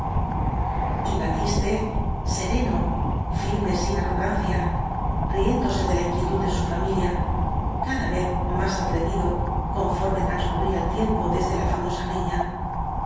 arrostrar batiste sereno firme sin arrogancia riéndose de la inquietud de su familia cada vez más atrevido conforme transcurría el tiempo desde la famosa riña